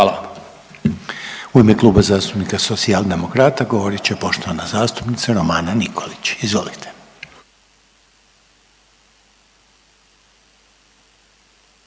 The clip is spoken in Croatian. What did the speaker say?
Hvala.